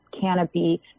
canopy